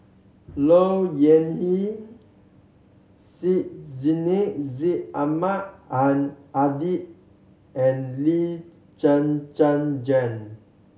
Low Yen Ling Syed Sheikh Syed Ahmad Al Hadi and Lee Zhen Zhen Jane